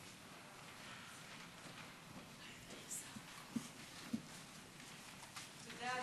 תודה,